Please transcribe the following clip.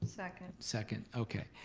second. second, okay.